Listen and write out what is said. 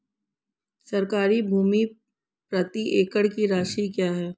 सरकारी भूमि प्रति एकड़ की राशि क्या है?